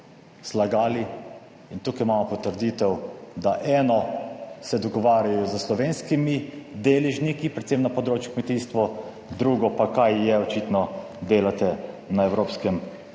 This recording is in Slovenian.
zlagali. In tukaj imamo potrditev, da eno se dogovarjajo s slovenskimi deležniki, predvsem na področju kmetijstva, drugo pa kaj je, očitno delate na evropskem